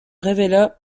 révèlera